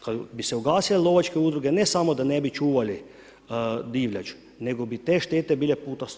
Kad bi se ugasile lovačke udruge, ne samo da ne bi čuvali divljač, nego bi te štete bile puta 100.